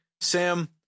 Sam